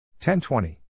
10-20